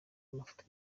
amafoto